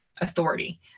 authority